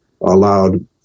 allowed